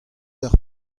d’ar